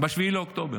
ב-7 באוקטובר.